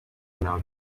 abana